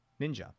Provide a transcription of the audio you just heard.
ninja